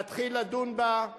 להתחיל לדון בה,